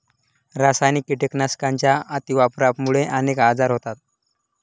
रासायनिक कीटकनाशकांच्या अतिवापरामुळे अनेक आजार होतात